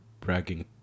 bragging